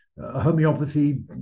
homeopathy